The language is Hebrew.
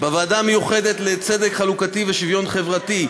בוועדה המיוחדת לצדק חלוקתי ושוויון חברתי: